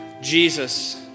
Jesus